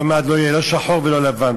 עוד מעט לא יהיה לא שחור ולא לבן.